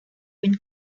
une